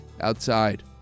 outside